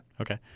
Okay